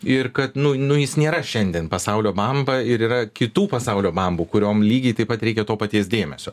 ir kad nu nu jis nėra šiandien pasaulio bamba ir yra kitų pasaulio bambų kuriom lygiai taip pat reikia to paties dėmesio